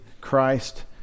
Christ